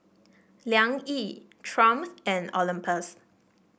Liang Yi Triumph and Olympus